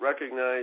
recognize